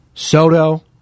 Soto